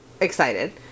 excited